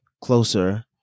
closer